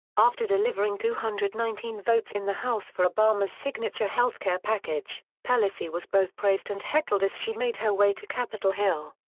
after delivering two hundred and nineteen votes in the house for obama's signature health care package, pelosi was both praised and heckled as she made her way to capitol hill.